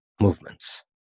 movements